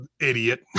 idiot